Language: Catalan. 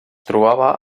trobava